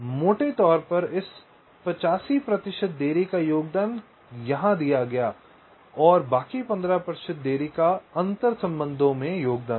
मोटे तौर पर इस 85 प्रतिशत देरी का योगदान यहाँ दिया गया और बाकी 15 प्रतिशत देरी का अंतर्संबंधों में योगदान था